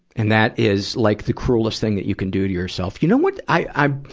and that is like the cruelest thing that you can do to yourself. you know what? i, i,